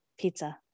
pizza